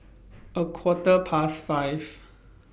A Quarter Past five